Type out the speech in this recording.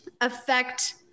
affect